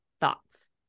thoughts